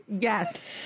Yes